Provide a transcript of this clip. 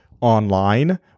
online